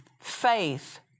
Faith